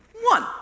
one